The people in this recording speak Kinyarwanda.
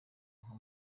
nko